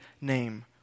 name